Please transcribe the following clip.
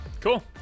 Cool